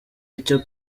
icyo